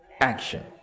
action